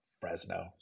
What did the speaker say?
Fresno